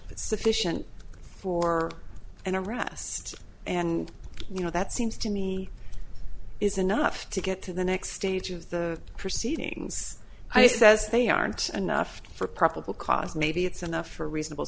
sufficient for an arrest and you know that seems to me is enough to get to the next stage of the proceedings i says they aren't enough for probable cause maybe it's enough for reasonable